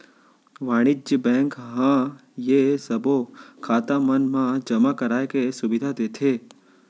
वाणिज्य बेंक ह ये सबो खाता मन मा जमा कराए के सुबिधा देथे